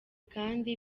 kandi